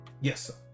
yes